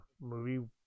movie